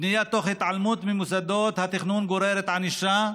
בנייה תוך התעלמות ממוסדות התכנון גוררת ענישה,